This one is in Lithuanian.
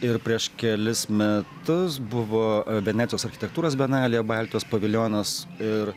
ir prieš kelis metus buvo venecijos architektūros bienalėje baltijos paviljonas ir